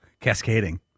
cascading